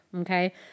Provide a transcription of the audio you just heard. okay